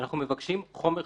אנחנו מבקשים חומר חקירה.